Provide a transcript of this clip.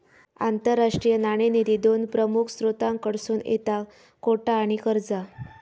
आंतरराष्ट्रीय नाणेनिधी दोन प्रमुख स्त्रोतांकडसून येता कोटा आणि कर्जा